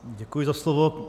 Děkuji za slovo.